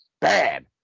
bad